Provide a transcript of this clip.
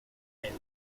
medio